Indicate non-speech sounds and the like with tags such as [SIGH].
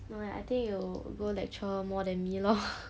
no leh I think you go lecture more than me lor [LAUGHS]